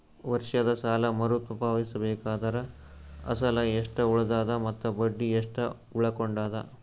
ವರ್ಷದ ಸಾಲಾ ಮರು ಪಾವತಿಸಬೇಕಾದರ ಅಸಲ ಎಷ್ಟ ಉಳದದ ಮತ್ತ ಬಡ್ಡಿ ಎಷ್ಟ ಉಳಕೊಂಡದ?